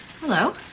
Hello